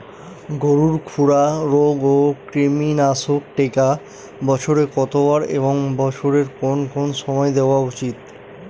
গরুর খুরা রোগ ও কৃমিনাশক টিকা বছরে কতবার এবং বছরের কোন কোন সময় দেওয়া উচিৎ?